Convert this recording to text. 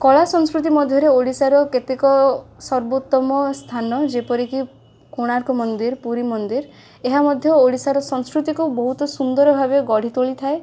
କଳାସଂସ୍କୃତି ମଧ୍ୟରେ ଓଡ଼ିଶାର କେତେକ ସର୍ବୋତ୍ତମ ସ୍ଥାନ ଯେପରି କି କୋଣାର୍କ ମନ୍ଦିର ପୁରୀ ମନ୍ଦିର ଏହା ମଧ୍ୟ ଓଡ଼ିଶାର ସଂସ୍କୃତିକୁ ବହୁତ ସୁନ୍ଦର ଭାବେ ଗଢ଼ି ତୋଳିଥାଏ